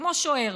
כמו שוער,